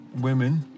women